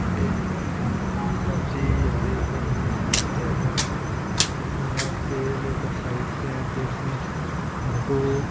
यह सब्ज़ी हरी सब्ज़ी फिर यह सब नमक तेल यह सब खरीदते हैं तो उसमें हमको